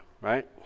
right